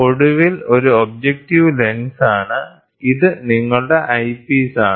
ഒടുവിൽ ഇത് ഒബ്ജക്ടീവ് ലെൻസാണ് ഇത് നിങ്ങളുടെ ഐപീസാണ്